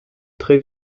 très